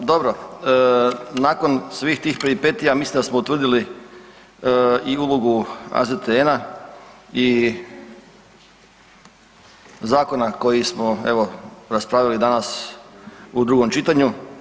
No, dobro, nakon svih tih peripetija mislim da smo utvrdili i ulogu AZTN-a i zakona koji smo evo raspravljali danas u drugom čitanju.